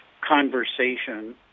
conversation